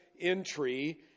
entry